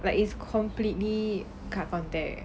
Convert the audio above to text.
like it's completely cut from them